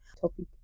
topic